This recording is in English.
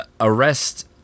arrest